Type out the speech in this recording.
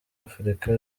afurika